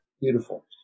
Beautiful